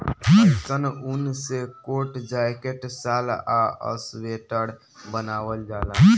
अइसन ऊन से कोट, जैकेट, शाल आ स्वेटर बनावल जाला